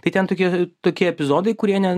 tai ten tokie tokie epizodai kurie ne